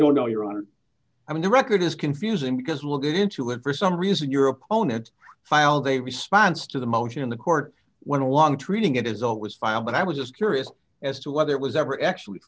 don't know your honor i mean the record is confusing because we'll get into it for some reason your opponent filed a response to the motion of the court went along treating it as all was filed and i was just curious as to whether it was ever actually